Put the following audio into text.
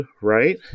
right